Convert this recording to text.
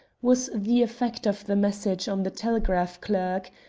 was the effect of the message on the telegraph clerk.